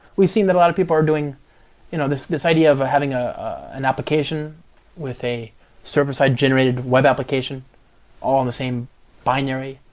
we've seen that a lot of people are doing you know this this idea of having ah an application with a server-side generated web application all on the same binary.